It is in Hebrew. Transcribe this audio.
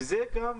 ולמשל,